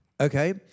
Okay